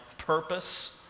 purpose